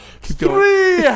Three